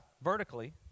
vertically